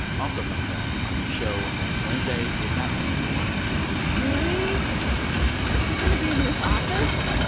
also, fun fact on their show next wednesday, they've got stevie wonder really? i know is he going to be in this office?